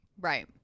right